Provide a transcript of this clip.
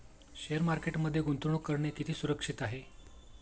Share मार्केटमध्ये गुंतवणूक करणे किती सुरक्षित आहे?